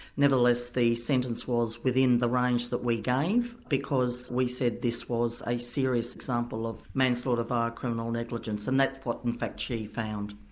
nevertheless the sentence was within the range that we gave, because we said this was a serious example of manslaughter via criminal negligence, and that's what in fact she found.